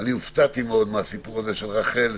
אני הופתעתי מאוד מהסיפור של רח"ל,